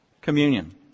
communion